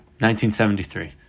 1973